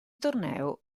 torneo